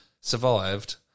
survived